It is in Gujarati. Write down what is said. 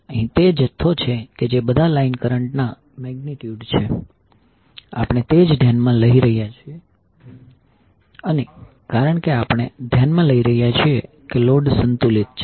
અહીં તે જથ્થો છે કે જે બધા લાઈન કરંટના મેગ્નિટ્યુડ છે આપણે તે જ ધ્યાનમાં લઈ રહ્યા છીએ અને કારણ કે આપણે ધ્યાનમા લઇ રહ્યા છીએ કે લોડ સંતુલિત છે